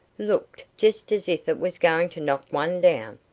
looked just as if it was going to knock one down.